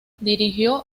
dirigió